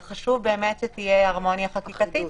אז חשוב באמת שתהיה הרמוניה חקיקתית,